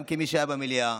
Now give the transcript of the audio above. גם כמי שהיה במליאה,